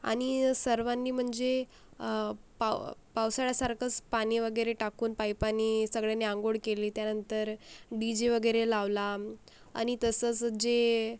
आणि सर्वांनी म्हणजे पाव पावसाळ्यासारखंच पाणी वगैरे टाकून पाईपानी सगळ्यांनी अंघोळ केली त्यानंतर डीजे वगैरे लावला आणि तसंच जे